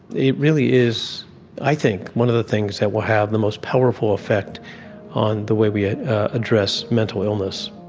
it really is i think one of the things that will have the most powerful effect on the way we address mental illness.